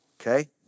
okay